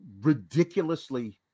ridiculously